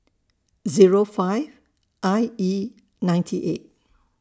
Zero five I E ninety eight